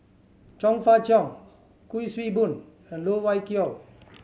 Chong Fah Cheong Kuik Swee Boon and Loh Wai Kiew